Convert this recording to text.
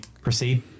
proceed